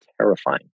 terrifying